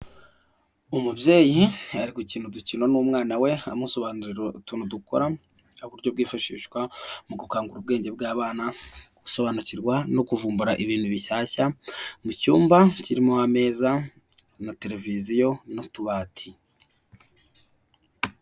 Umubyeyi ari gukina udukino n'umwana we amusobanurira utuntu dukora aho ari uburyo bwifashishwa mu gukangura ubwenge bw'abana mu gusobanukirwa no kuvumbura ibintu bishyashya mu cyumba kirimo ameza na televiziyo n'utubati.